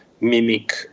mimic